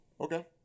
Okay